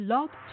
Love